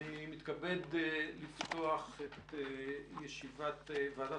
אני מתכבד לפתוח את ישיבת הוועדה